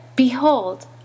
Behold